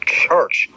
church